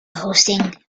hosting